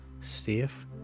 Safe